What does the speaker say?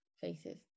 faces